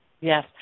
Yes